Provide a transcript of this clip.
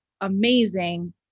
amazing